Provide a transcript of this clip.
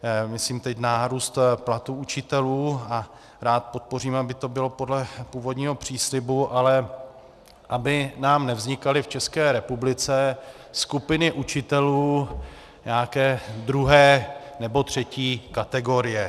Myslím teď nárůst platů učitelů a rád podpořím, aby to bylo podle původního příslibu, ale aby nám nevznikaly v České republice skupiny učitelů nějaké druhé nebo třetí kategorie.